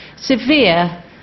severe